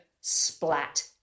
splat